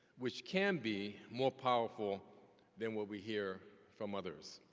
which can be more powerful than what we hear from others.